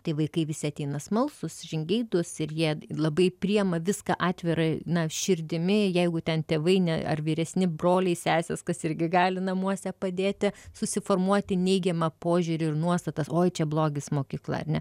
tai vaikai visi ateina smalsūs žingeidūs ir jie labai priima viską atvira na širdimi jeigu ten tėvai ne ar vyresni broliai sesės kas irgi gali namuose padėti susiformuoti neigiamą požiūrį ir nuostatas oi čia blogis mokykla ar ne